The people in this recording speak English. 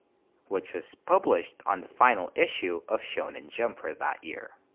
which was published on the final issue of shonen jump for that year.